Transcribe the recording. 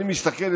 אני מסתכל,